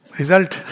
result